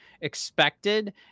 Expected